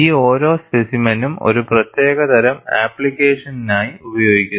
ഈ ഓരോ സ്പെസിമെനും ഒരു പ്രത്യേക തരം ആപ്ലിക്കേഷനായി ഉപയോഗിക്കുന്നു